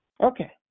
Okay